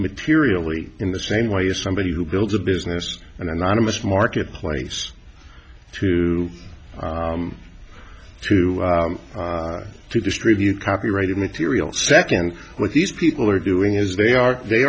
materially in the same way as somebody who builds a business an anonymous marketplace to to to distribute copyrighted material second what these people are doing is they are they